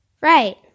Right